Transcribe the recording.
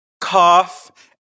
cough